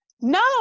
no